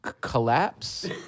collapse